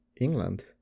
England